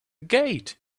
gate